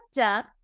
up